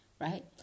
right